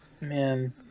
Man